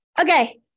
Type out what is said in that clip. Okay